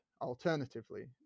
alternatively